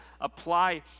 apply